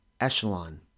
Echelon